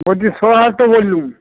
বলছি তো বললুম